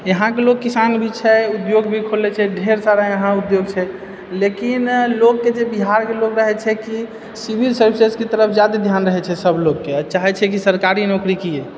इहाँके लोक किसान भी छै उद्योग भी खोलने छै ढ़ेर सारा इहाँ उद्योग छै लेकिन लोकके जे बिहारके लोक रहै छै कि सिविल सर्विसेजके तरफ जादे ध्यान रहैत छै सभ लोककेँ चाहै छै कि सरकार नौकरी की यऽ